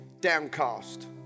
downcast